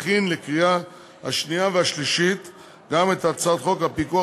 תכין לקריאה שנייה ולקריאה שלישית גם את הצעת חוק הפיקוח